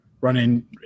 running